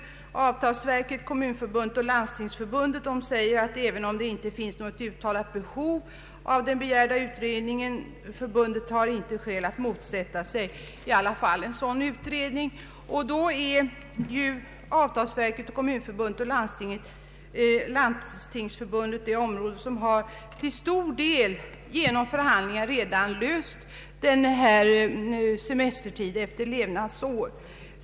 Avtalsverket, Kommunförbundet och Landstingsförbundet säger att även om det inte finns något uttalat behov av den begärda utredningen så motsätter de sig inte en sådan. Dessa remissinstanser har till stor del träffat avtal om semestertid efter levnadsår.